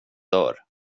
dör